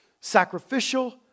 sacrificial